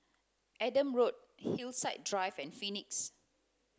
Adam Hillside Drive and Phoenix